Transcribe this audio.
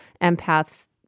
empaths